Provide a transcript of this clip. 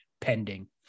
pending